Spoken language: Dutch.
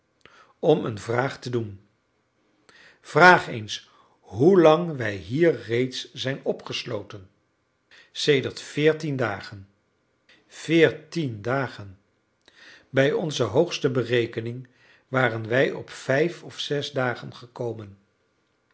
om een vraag te doen vraag eens hoelang wij hier reeds zijn opgesloten sedert veertien dagen veertien dagen bij onze hoogste berekening waren wij op vijf of zes dagen gekomen